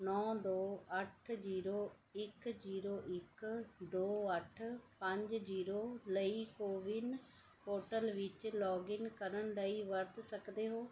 ਨੌ ਦੋ ਅੱਠ ਜ਼ੀਰੋ ਇੱਕ ਜ਼ੀਰੋ ਇੱਕ ਦੋ ਅੱਠ ਪੰਜ ਜ਼ੀਰੋ ਲਈ ਕੋਵਿਨ ਪੋਰਟਲ ਵਿੱਚ ਲੌਗਇਨ ਕਰਨ ਲਈ ਵਰਤ ਸਕਦੇ ਹੋ